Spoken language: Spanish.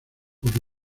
por